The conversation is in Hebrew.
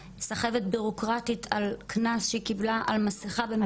סחבת בירוקרטית על קנס שהיא קיבלה על מסיכה במסגרת העבודה שלה.